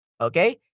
okay